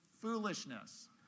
foolishness